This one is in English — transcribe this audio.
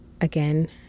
again